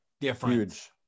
difference